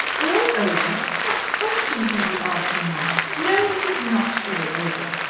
all over! what questions you do ask, mamma! no. it is not all over.